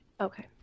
Okay